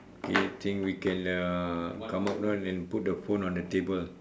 okay think we can uh come out now and put the phone on the table